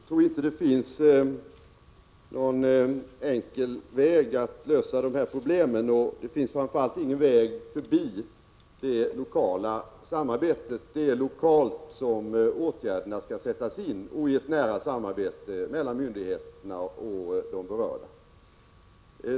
Herr talman! Det finns nog ingen enkel väg att gå för att lösa detta problem, och det finns framför allt ingen väg förbi det lokala samarbetet. Det är lokalt som åtgärderna skall sättas in och i ett nära samarbete mellan myndigheterna och de berörda.